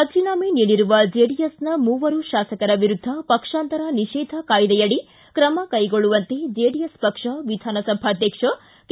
ರಾಜೀನಾಮೆ ನೀಡಿರುವ ಚೆಡಿಎಸ್ನ ಮೂವರು ಶಾಸಕರ ವಿರುದ್ಧ ಪಕ್ಷಾಂತರ ನಿಷೇಧ ಕಾಯ್ದೆಯಡಿ ತ್ರಮ ಕೈಗೊಳ್ಳುವಂತೆ ಜೆಡಿಎಸ್ ಪಕ್ಷ ವಿಧಾನಸಭಾಧ್ವಕ್ಷ ಕೆ